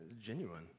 genuine